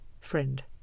Friend